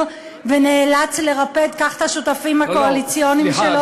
ונאלץ לרפד כך את השותפים הקואליציוניים שלו,